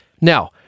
Now